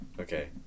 Okay